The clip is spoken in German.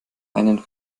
einen